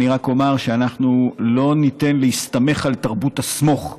אני רק אומר שאנחנו לא ניתן להסתמך על תרבות ה"סמוך",